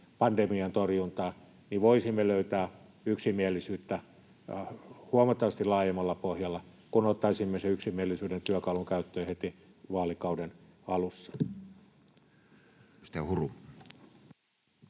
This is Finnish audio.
pandemian torjuntaan, voisimme löytää yksimielisyyttä huomattavasti laajemmalla pohjalla, kun ottaisimme sen yksimielisyyden työkalun käyttöön heti vaalikauden alussa.